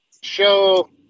show